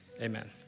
Amen